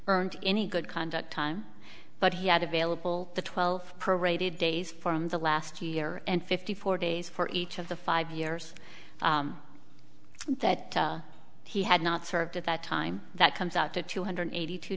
earned any good conduct time but he had available the twelve prorated days from the last year and fifty four days for each of the five years that he had not served at that time that comes out to two hundred eighty two